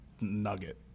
nugget